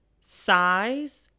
Size